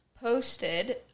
posted